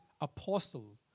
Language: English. apostle